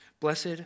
Blessed